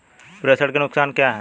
प्रेषण के नुकसान क्या हैं?